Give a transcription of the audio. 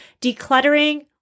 Decluttering